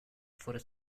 for